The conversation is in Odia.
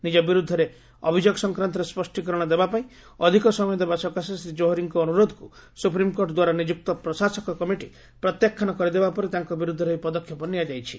ନିଜ ବିରୁଦ୍ଧରେ ଅଭିଯୋଗ ସଂକ୍ରାନ୍ତରେ ସ୍ୱଷ୍ଟିକରଣ ଦେବା ପାଇଁ ଅଧିକ ସମୟ ଦେବା ସକାଶେ ଶ୍ରୀ ଜୋହରିଙ୍କ ଅନୁରୋଧକୁ ସୁପ୍ରିମ୍କୋର୍ଟ ଦ୍ୱାରା ନିଯୁକ୍ତ ପ୍ରଶାସକ କମିଟି ପ୍ରତ୍ୟାଖ୍ୟାନ କରିଦେବା ପରେ ତାଙ୍କ ବିରୁଦ୍ଧରେ ଏହି ପଦକ୍ଷେପ ନିଆଯାଇଛି